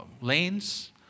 lanes